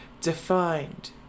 defined